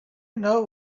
know